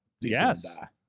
Yes